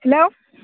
hello